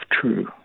true